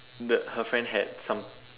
the her friend had some